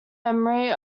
memory